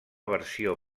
versió